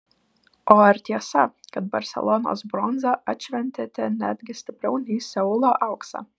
o ar tiesa kad barselonos bronzą atšventėte netgi stipriau nei seulo auksą